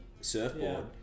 surfboard